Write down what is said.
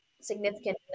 significant